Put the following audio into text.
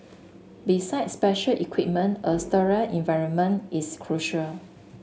besides special equipment a sterile environment is crucial